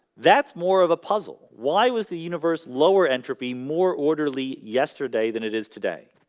that's more of a puzzle. why was the universe lower entropy more orderly yesterday than it is today?